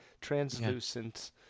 Translucent